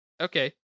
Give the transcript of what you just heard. Okay